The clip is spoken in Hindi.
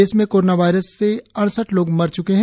देश में कोरोना वायरस से अडसठ लोग मर च्के हैं